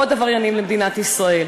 עוד עבריינים למדינת ישראל.